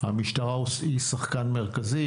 המשטרה היא שחקן מרכזי,